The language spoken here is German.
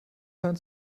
hören